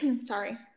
Sorry